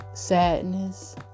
sadness